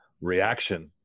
reaction